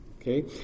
Okay